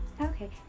okay